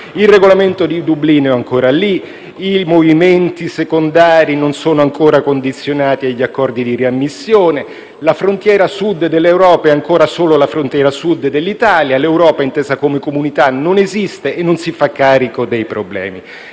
Il Regolamento di Dublino è ancora lì, i movimenti secondari non sono ancora condizionati agli accordi di riammissione, la frontiera sud dell'Europa è ancora solo la frontiera sud dell'Italia, l'Europa intesa come comunità non esiste e non si fa carico dei problemi.